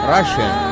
Russian